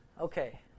okay